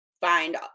Find